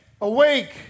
awake